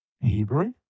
Hebrew